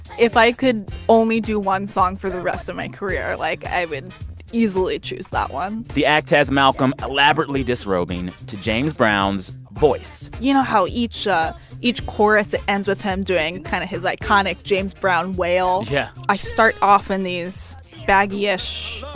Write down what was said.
if i could only do one song for the rest of my career, like, i would easily choose that one the act has malcolm elaborately disrobing to james brown's voice you know how each ah each chorus ends with him doing kind of his iconic james brown wail? yeah i start off in these baggyish,